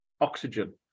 oxygen